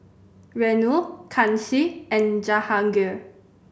Renu Kanshi and Jahangir